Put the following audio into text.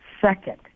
Second